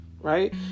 right